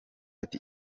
ati